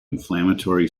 inflammatory